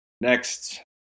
Next